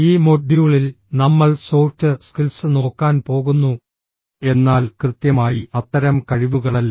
ഈ മൊഡ്യൂളിൽ നമ്മൾ സോഫ്റ്റ് സ്കിൽസ് നോക്കാൻ പോകുന്നു എന്നാൽ കൃത്യമായി അത്തരം കഴിവുകളല്ല